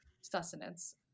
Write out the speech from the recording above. sustenance